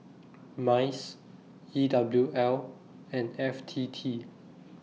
Mice E W L and F T T